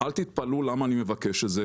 אל תתפלאו למה אני מבקש את זה,